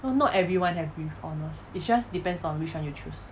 not everyone have with honours it just depends on which one you choose